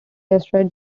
asteroids